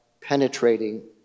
penetrating